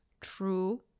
true